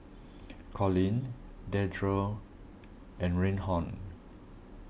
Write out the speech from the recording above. Colin Dedra and Rhiannon